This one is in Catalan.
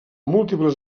múltiples